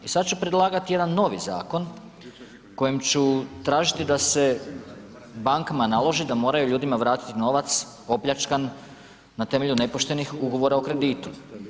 I sada ću predlagati jedan novi zakon kojim ću tražiti da se bankama naloži da moraju ljudima vratiti novac opljačkan na temelju nepoštenih ugovora o kreditu.